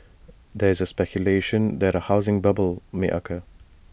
there is speculation that A housing bubble may occur